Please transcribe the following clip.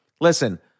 listen